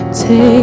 take